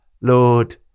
Lord